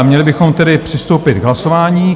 Měli bychom tedy přistoupit k hlasování.